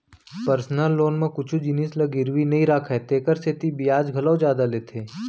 personal loan म कुछु जिनिस ल गिरवी नइ राखय तेकर सेती बियाज घलौ जादा लेथे